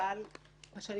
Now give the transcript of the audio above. בשנים